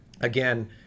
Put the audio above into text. again